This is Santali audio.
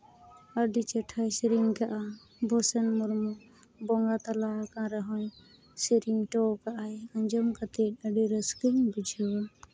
ᱟᱹᱰᱤ ᱪᱮᱴᱷᱟᱭ ᱥᱮᱨᱮᱧ ᱠᱟᱜᱼᱟ ᱵᱚᱥᱮᱱ ᱢᱩᱨᱢᱩ ᱵᱚᱸᱜᱟ ᱛᱟᱞᱟ ᱟᱠᱟᱱ ᱨᱮᱦᱚᱸᱭ ᱥᱮᱨᱮᱧ ᱦᱚᱴᱚ ᱟᱠᱟᱫᱟᱭ ᱟᱸᱡᱚᱢ ᱠᱟᱛᱮᱫ ᱟᱹᱰᱤ ᱨᱟᱹᱥᱠᱟᱹᱧ ᱵᱩᱡᱷᱟᱹᱣᱟ